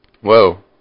Whoa